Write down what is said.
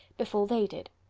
before they did.